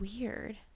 weird